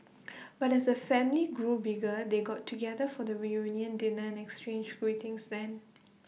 but as A family grew bigger they got together for the reunion dinner and exchanged greetings then